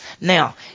Now